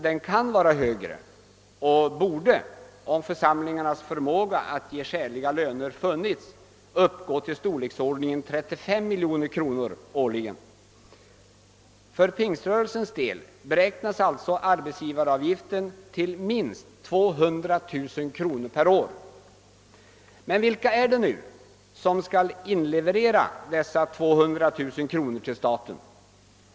Den kan vara högre och borde — om församlingarna hade förmåga att ge skäliga löner — uppgå till storleksordningen 35 miljoner kronor årligen. För pingströrelsens del beräknas sålunda arbetsgivaravgiften = till minst 200 000 kronor per år. Vilka är det nu som skall inleverera dessa 200 000 till staten?